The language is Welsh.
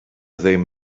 ddim